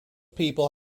people